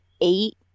eight